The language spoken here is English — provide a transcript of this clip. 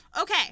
Okay